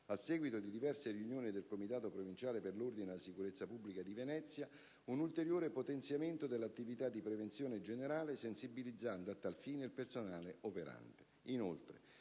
a seguito di diverse riunioni del Comitato provinciale per l'ordine e la sicurezza pubblica di Venezia, un ulteriore potenziamento dell'attività di prevenzione generale, sensibilizzando a tal fine il personale operante.